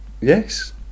Yes